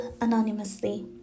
anonymously